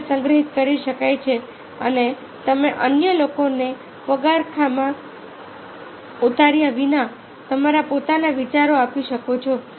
વિચાર સંગ્રહિત કરી શકાય છે અને તમે અન્ય લોકોના પગરખાંમાં ઉતર્યા વિના તમારા પોતાના વિચાર આપી શકો છો